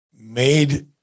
made